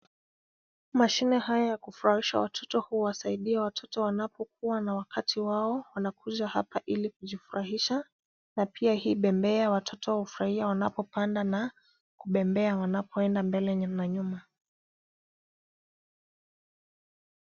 Mashine haya ya kufurahisha watoto, huwasaidia watoto wanapokuwa na wakati wao wanakuja hapa ili kujifurahisha na pia hii bembea watoto hufurahia wanapopanda na kubembea wanapoenda mbele na nyuma.